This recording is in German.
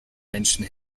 menschen